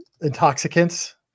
intoxicants